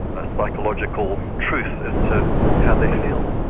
a psychological truth as to how they feel.